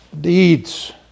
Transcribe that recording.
Deeds